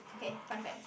okay fun fact